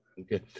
Okay